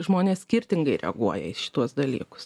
žmonės skirtingai reaguoja į šituos dalykus